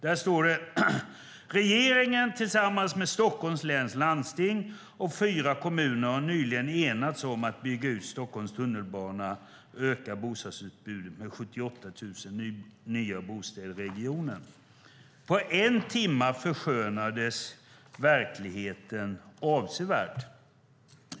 Där stod: Regeringen har tillsammans med Stockholms läns landsting och fyra kommuner nyligen enats om att bygga ut Stockholms tunnelbana och öka bostadsutbudet med 78 000 nya bostäder i regionen. På en timme förskönades verkligheten avsevärt.